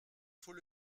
faut